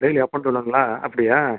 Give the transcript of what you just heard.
டெய்லியும் up and டௌணுங்களா அப்படியா